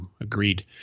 Agreed